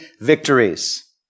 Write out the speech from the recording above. victories